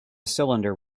cylinder